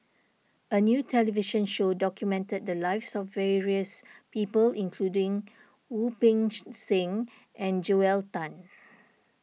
a new television show documented the lives of various people including Wu Peng Seng and Joel Tan